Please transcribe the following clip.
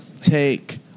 take